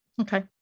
okay